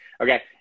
okay